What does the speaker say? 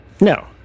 No